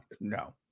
no